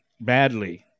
badly